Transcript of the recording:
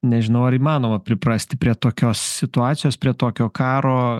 nežinau ar įmanoma priprasti prie tokios situacijos prie tokio karo